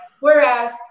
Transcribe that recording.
Whereas